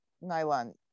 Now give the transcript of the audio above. nylon